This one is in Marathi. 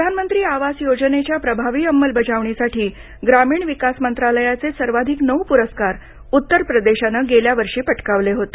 प्रधानमंत्री आवास योजनेच्या प्रभावी अंमलबजावणीसाठी ग्रामीण विकास मंत्रालयाचे सर्वाधिक नऊ पुरस्कार उत्तर प्रदेशानं गेल्या वर्षी पटकावले होते